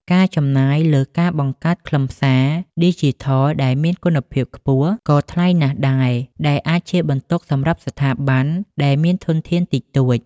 ការចំណាយលើការបង្កើតខ្លឹមសារ ឌីជីថលដែលមានគុណភាពខ្ពស់ក៏ថ្លៃណាស់ដែរ ដែលអាចជាបន្ទុកសម្រាប់ស្ថាប័នដែលមានធនធានតិចតួច។